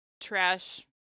trash